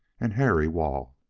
and harry waugh.